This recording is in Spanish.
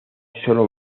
solo